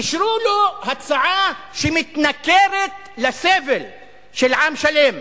אישרו לו הצעה שמתנכרת לסבל של עם שלם,